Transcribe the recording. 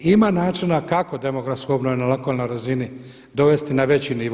Ima načina kako demografsku obnovu na lokalnoj razini dovesti na veći nivo.